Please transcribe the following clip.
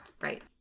Right